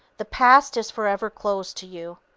the past is forever closed to you.